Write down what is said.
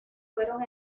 fueron